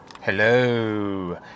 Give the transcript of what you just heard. hello